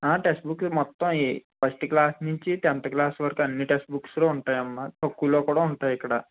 text బుక్కులు మొత్తం ఏ ఫస్ట్ క్లాస్ నుంచి టెన్త్ క్లాస్ వరకూ అన్ని టెక్స్ట్ బుక్స్లు ఉంటాయమ్మ తక్కువలో కూడా ఉంటాయి ఇక్కడ